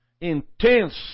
intense